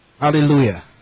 Hallelujah